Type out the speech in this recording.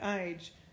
age